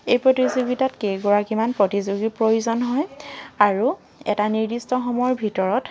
এই প্ৰতিযোগিতাত কেইগৰাকীমান প্ৰতিযোগীৰ প্ৰয়োজন হয় আৰু এটা নিৰ্দিষ্ট সময়ৰ ভিতৰত